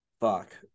fuck